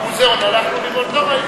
למוזיאון הלכנו לראות?